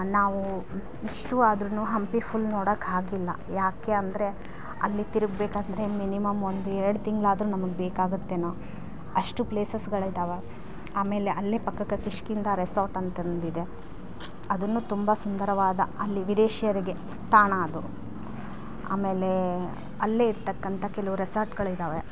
ನಾವು ಇಷ್ಟು ಆದ್ರೂ ಹಂಪಿ ಫುಲ್ ನೋಡಕ್ಕಾಗಿಲ್ಲ ಯಾಕೆ ಅಂದರೆ ಅಲ್ಲಿ ತಿರುಗ್ಬೇಕಂದ್ರೆ ಮಿನಿಮಮ್ ಒಂದು ಎರಡು ತಿಂಗಳಾದ್ರೂ ನಮಗೆ ಬೇಕಾಗುತ್ತೇನೋ ಅಷ್ಟು ಪ್ಲೇಸಸ್ಗಳಿದವೆ ಆಮೇಲೆ ಅಲ್ಲೇ ಪಕ್ಕಕ್ಕೆ ಕಿಷ್ಕಿಂದ ರೆಸಾರ್ಟ್ ಅಂತಂದು ಇದೆ ಅದನ್ನು ತುಂಬ ಸುಂದರವಾದ ಅಲ್ಲಿ ವಿದೇಶಿಯರಿಗೆ ತಾಣ ಅದು ಆಮೇಲೆ ಅಲ್ಲೇ ಇರತಕ್ಕಂಥ ಕೆಲವು ರೆಸಾರ್ಟ್ಗಳಿದ್ದಾವೆ